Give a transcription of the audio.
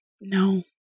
no